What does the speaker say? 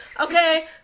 Okay